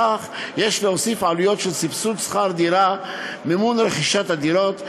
לכך יש להוסיף עלויות של סבסוד שכר דירה ומימון רכישת הדירות.